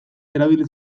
erabili